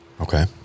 Okay